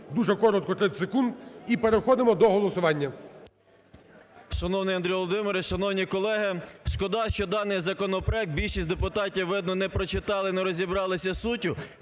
дуже коротко, 30 секунд, і переходимо до голосування.